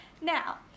Now